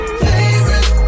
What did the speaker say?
favorite